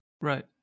Right